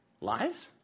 lives